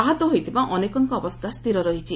ଆହତ ହୋଇଥିବା ଅନେକଙ୍କ ଅବସ୍ଥା ସ୍ଥିର ରହିଛି